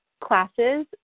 classes